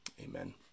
Amen